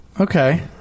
okay